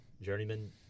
journeyman